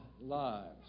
lives